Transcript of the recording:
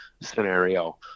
scenario